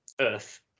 earth